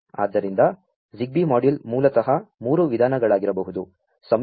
ಆದ್ದರಿಂ ದ ZigBee module ಮೂ ಲತಃ 3 ವಿಧಗಳಾ ಗಿರಬಹು ದು